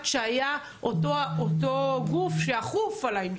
שהיה אותו גוף שהיה אמון על העניין.